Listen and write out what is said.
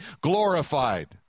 glorified